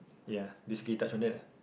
ya basically touch on that ah